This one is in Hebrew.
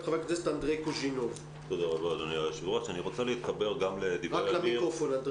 אני רוצה להתחבר למה שאמיר